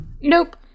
Nope